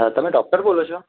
તમે ડોક્ટર બોલો છો